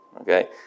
okay